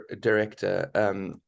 director